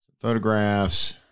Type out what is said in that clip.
Photographs